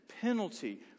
penalty